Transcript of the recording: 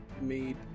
made